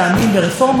קודם כול,